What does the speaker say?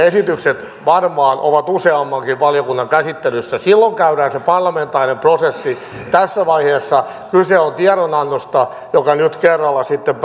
esitykset varmaan ovat useammankin valiokunnan käsittelyssä silloin käydään se parlamentaarinen prosessi tässä vaiheessa kyse on tiedonannosta josta nyt kerralla sitten